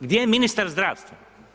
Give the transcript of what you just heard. Gdje je ministar zdravstva?